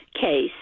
case